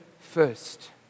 first